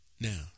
Now